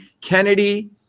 Kennedy